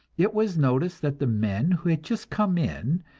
it was noticed that the men who had just come in,